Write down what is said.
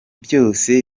byose